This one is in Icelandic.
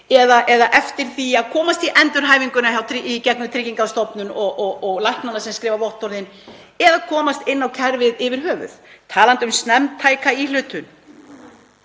eða eftir því að komast í endurhæfinguna í gegnum Tryggingastofnun og læknana sem skrifa vottorðin, eða að komast inn í kerfið yfir höfuð. Og talandi um snemmtæka íhlutun